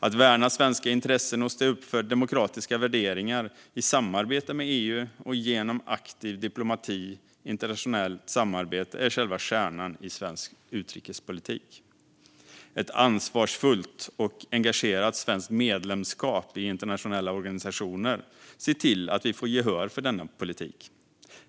Att värna svenska intressen och stå upp för demokratiska värderingar i samarbete med EU och genom aktiv diplomati och internationellt samarbete är själva kärnan i svensk utrikespolitik. Ett ansvarsfullt och engagerat svenskt medlemskap i internationella organisationer ser till att vi får gehör för denna politik.